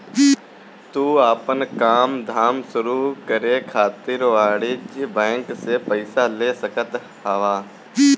तू आपन काम धाम शुरू करे खातिर वाणिज्यिक बैंक से पईसा ले सकत हवअ